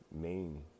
main